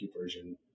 version